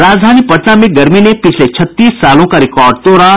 और राजधानी पटना में गर्मी ने पिछले छत्तीस सालों का रिकॉर्ड तोड़ा